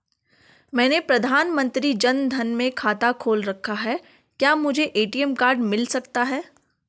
मैंने प्रधानमंत्री जन धन में खाता खोल रखा है क्या मुझे ए.टी.एम कार्ड मिल सकता है?